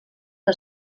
que